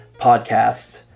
Podcast